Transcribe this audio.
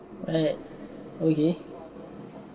right okay